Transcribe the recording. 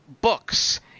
books